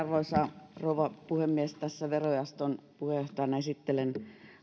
arvoisa rouva puhemies tässä verojaoston puheenjohtajana esittelen